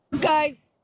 guys